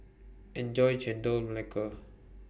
Enjoy Chendol Melaka